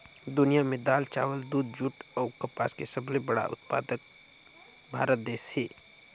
दुनिया में दाल, चावल, दूध, जूट अऊ कपास के सबले बड़ा उत्पादक भारत देश हे